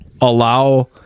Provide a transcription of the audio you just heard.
allow